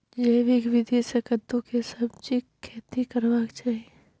जैविक विधी से कद्दु के सब्जीक खेती करबाक चाही?